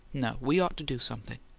no. we ought to do something.